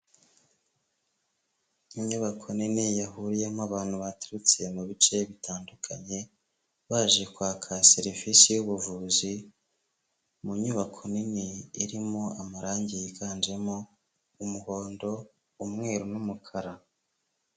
Inyubako nini yahuriyemo abantu baturutse mu bice bitandukanye baje kwaka serivisi y'ubuvuzi, mu nyubako nini irimo amarange yiganjemo umuhondo, umweru n'umukara.